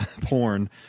porn